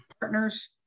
partners